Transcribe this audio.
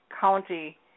county